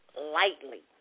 Lightly